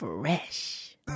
Fresh